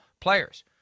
players